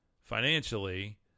financially